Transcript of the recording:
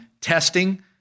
testing